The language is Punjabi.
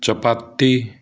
ਚਪਾਤੀ